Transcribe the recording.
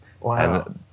Wow